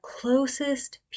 closest